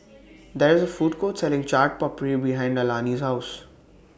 There IS A Food Court Selling Chaat Papri behind Alani's House